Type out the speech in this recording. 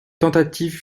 tentatives